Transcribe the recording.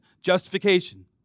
Justification